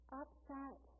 upset